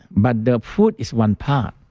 but the food is one part.